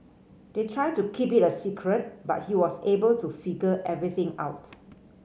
they tried to keep it a secret but he was able to figure everything out